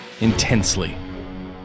intensely